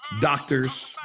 doctors